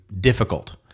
difficult